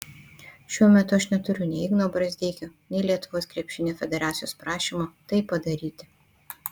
šiuo metu aš neturiu nei igno brazdeikio nei lietuvos krepšinio federacijos prašymo tai padaryti